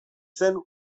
zen